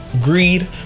greed